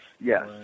yes